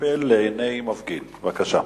פנים ביום כ"ח באייר התש"ע